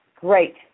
great